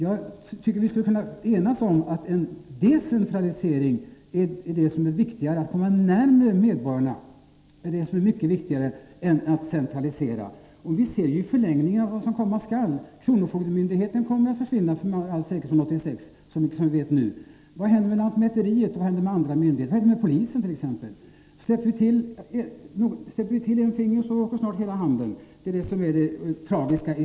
Vi borde kunna enas om att det är mycket viktigare att decentralisera — att komma nära medborgarna — än att centralisera. Vi ser i förlängningen vad som komma skall: Kronofogdemyndigheten kommer med all säkerhet att försvinna 1986. Och jag frågar: Vad händer med lantmäteriet och med andra myndigheter? Vad händer t.ex. med polisen? Släpper vi till ett finger åker snart hela handen — det är det tragiska.